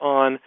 on